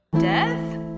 Death